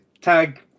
tag